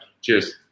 Cheers